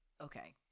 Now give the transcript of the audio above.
Okay